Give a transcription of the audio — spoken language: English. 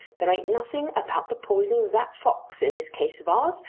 there ain't nothing about the poisoning of that fox in this case of ours.